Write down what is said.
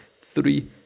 three